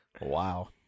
Wow